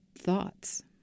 Thoughts